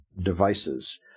devices